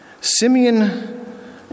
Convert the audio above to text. Simeon